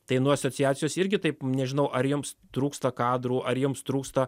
tai nuo asociacijos irgi taip nežinau ar joms trūksta kadrų ar joms trūksta